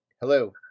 Hello